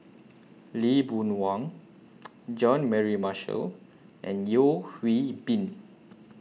Lee Boon Wang Jean Mary Marshall and Yeo Hwee Bin